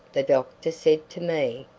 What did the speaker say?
the doctor said to me,